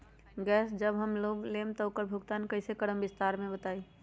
Gas जब हम लोग लेम त उकर भुगतान कइसे करम विस्तार मे बताई?